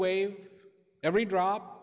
wave every drop